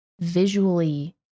visually